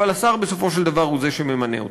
אבל השר בסופו של דבר הוא שממנה אותם.